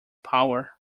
power